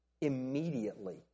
immediately